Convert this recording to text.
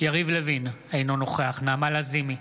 יריב לוין, אינו נוכח נעמה לזימי,